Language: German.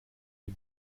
die